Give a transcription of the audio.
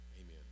Amen